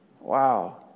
Wow